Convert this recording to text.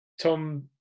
Tom